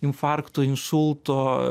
infarkto insulto